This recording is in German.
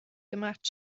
gemacht